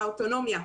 האוטונומיה.